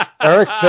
Eric